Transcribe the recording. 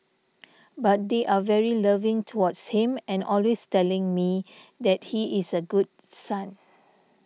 but they are very loving towards him and always telling me that he is a good son